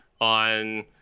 on